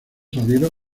salieron